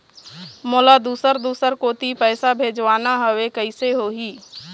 मोला दुसर दूसर कोती पैसा भेजवाना हवे, कइसे होही?